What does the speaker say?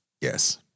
Yes